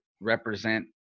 represent